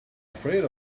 afraid